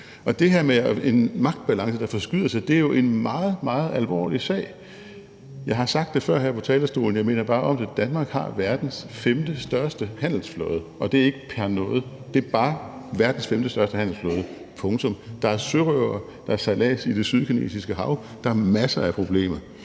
og det her med en magtbalance, der forskyder sig, er jo en meget, meget alvorlig sag. Jeg har sagt det før her fra talerstolen, og jeg minder bare om det: Danmark har verdens femtestørste handelsflåde, og det er ikke pr. noget, men det er bare verdens femtestørste handelsflåde – punktum – der er sørøvere, der er sejlads i Det Sydkinesiske Hav, der er masser af problemer.